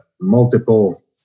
multiple